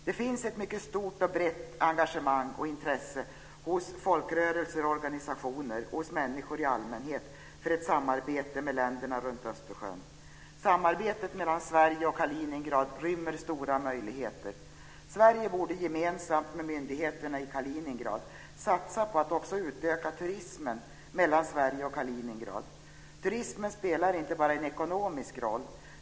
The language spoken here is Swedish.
Det finns ett mycket stort och brett engagemang och intresse hos folkrörelser, organisationer och människor i allmänhet för ett samarbete med länderna runt Östersjön. Samarbetet mellan Sverige och Kaliningrad rymmer stora möjligheter. Sverige borde gemensamt med myndigheterna i Kaliningrad satsa på att också utöka turismen mellan Sverige och Kaliningrad. Turismen spelar inte bara en ekonomisk roll.